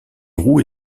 roues